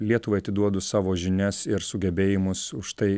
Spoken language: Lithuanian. lietuvai atiduodu savo žinias ir sugebėjimus už tai